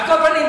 על כל פנים,